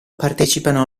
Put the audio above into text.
partecipano